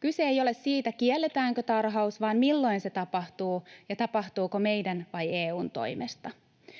Kyse ei ole siitä, kielletäänkö tarhaus, vaan siitä, milloin se tapahtuu ja tapahtuuko se meidän vai EU:n toimesta.